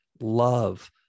love